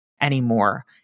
anymore